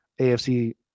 AFC